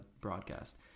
broadcast